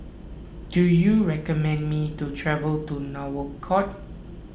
do you recommend me to travel to Nouakchott